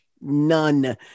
none